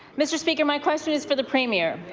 mr. speaker, my question is for the premier.